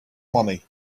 money